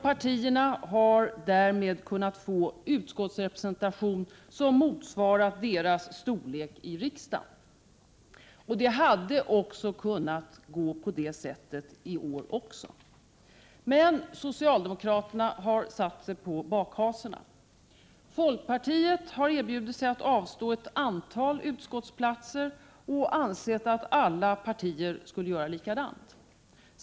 Partierna har därmed kunnat få utskottsrepresentation som motsvarat deras storlek i riksdagen. Detta hade även kunnat göras i år. Men socialdemokraterna har satt sig på bakhasorna. Folkpartiet har erbjudit sig att avstå ett antal utskottsplatser, och man har ansett att alla partier skall göra likadant.